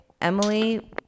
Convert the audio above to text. Emily